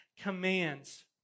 commands